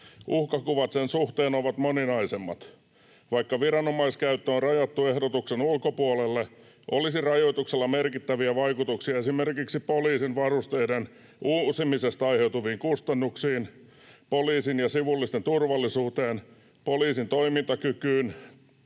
uhkakuvat sen suhteen ovat moninaisemmat. Vaikka viranomaiskäyttö on rajattu ehdotuksen ulkopuolelle, olisi rajoituksella merkittäviä vaikutuksia esimerkiksi poliisin varusteiden uusimisesta aiheutuviin kustannuksiin, poliisin ja sivullisten turvallisuuteen, poliisin toimintakykyyn,